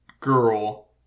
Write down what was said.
girl